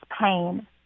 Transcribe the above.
pain